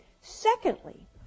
Secondly